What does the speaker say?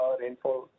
rainfall